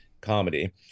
comedy